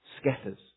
scatters